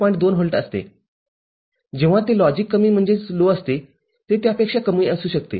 २ volt असते जेव्हा ते लॉजिक कमी असते ते त्यापेक्षा कमी असू शकते